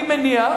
אני מניח,